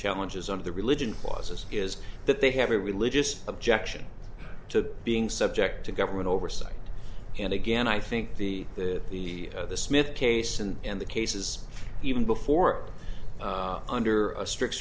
challenges on the religion was is that they have a religious objection to being subject to government oversight and again i think the the the the smith case and the cases even before under a strict